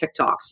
TikToks